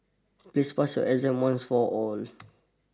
please pass your exam once for all